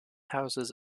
houses